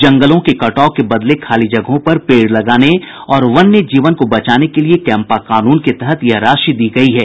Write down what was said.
जंगलों के कटाव के बदले खाली जगहों पर पेड़ लगाने और वन्य जीवन को बचाने के लिए कैम्पा कानून के तहत यह राशि दी गयी है